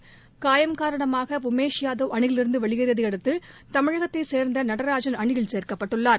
னயம் காரணமாக உமேஷ் யாதவ் அணியிலிருந்து வெளியேறியதை அடுத்து தமிழகத்தை சேர்ந்த நடராஜன் அணியில் சேர்க்கப்பட்டுள்ளார்